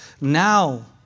Now